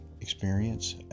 experience